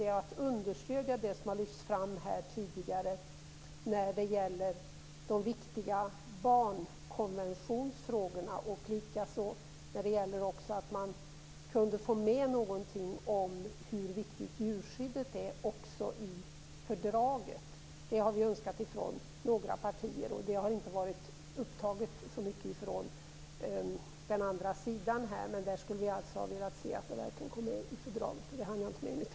Det är att understödja det som lyfts fram här tidigare när det gäller de viktiga barnkonventionsfrågorna och hur viktigt det är att få med något om djurskyddet i fördraget. Det har vi önskat från några partier, men det har inte tagits upp så mycket. Där skulle vi ha velat se att man tog med det i fördraget.